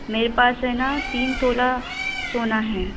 मेरे पास है ना तीन तोला सोना है